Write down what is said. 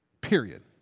Period